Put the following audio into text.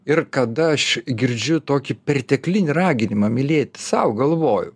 ir kada aš girdžiu tokį perteklinį raginimą mylėt sau galvojau